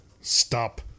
stop